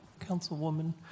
Councilwoman